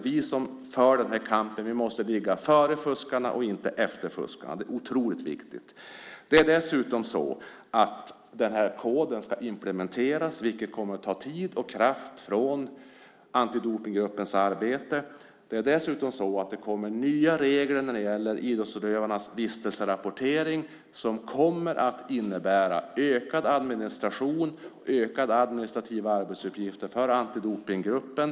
Vi som för den här kampen måste ligga före fuskarna, inte efter fuskarna. Det är otroligt viktigt. Dessutom ska den här koden implementeras, vilket kommer att ta tid och kraft från antidopningsgruppens arbete. Det kommer nya regler när det gäller idrottsutövarnas vistelserapportering som kommer att innebära ökad administration och fler administrativa arbetsuppgifter för antidopningsgruppen.